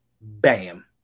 Bam